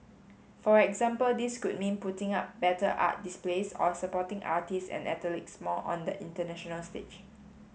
for example this could mean putting up better art displays or supporting artists and athletes more on the international stage